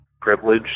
privilege